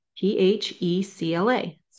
P-H-E-C-L-A